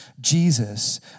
Jesus